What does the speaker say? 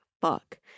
fuck